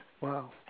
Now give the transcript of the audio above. Wow